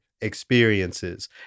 experiences